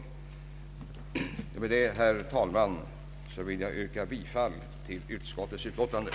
Med detta, herr talman, yrkar jag bifall till utskottets hemställan.